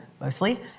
mostly